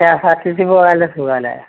KSRTC പോകാനാണ് സുഖമല്ലേ